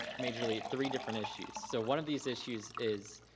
majorly three different issues. so, one of these issues is,